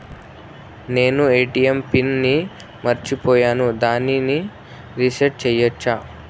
నేను ATM pin ని మరచిపోయాను దాన్ని రీ సెట్ చేసుకోవచ్చా?